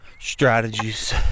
strategies